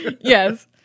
Yes